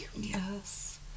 Yes